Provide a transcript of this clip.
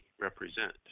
represent